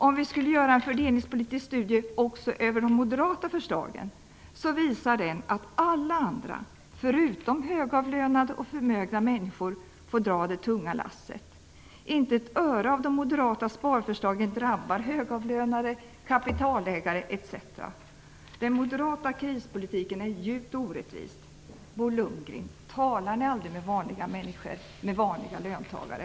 Om vi skulle göra en fördelningspolitisk studie över de moderata förslagen, skulle den visa att alla andra, förutom högavlönade och förmögna människor, får dra det tunga lasset. Inte ett öre av de moderata sparförslagen drabbar högavlönade, kapitalägare etc. Den moderata krispolitiken är djupt orättvis! Bo Lundgren! Talar ni aldrig med vanliga människor - vanliga löntagare?